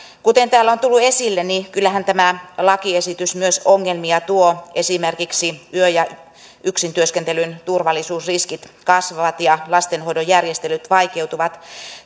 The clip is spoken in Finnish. kuten täällä on tullut esille niin kyllähän tämä lakiesitys myös ongelmia tuo esimerkiksi yö ja yksintyöskentelyn turvallisuusriskit kasvavat ja lastenhoidon järjestelyt vaikeutuvat